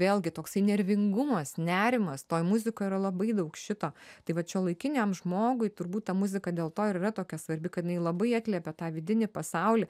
vėlgi toksai nervingumas nerimas toj muzikoj yra labai daug šito tai vat šiuolaikiniam žmogui turbūt ta muzika dėl to yra tokia svarbi kad jinai labai atliepia tą vidinį pasaulį